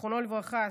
זיכרונו לברכה,